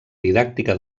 didàctica